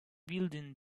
building